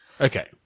Okay